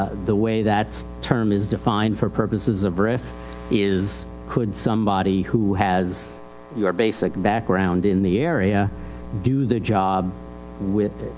the way thatis term is defined for purposes of rif is could somebody who has your basic background in the area do the job with,